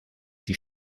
die